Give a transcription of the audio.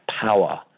power